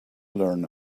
learn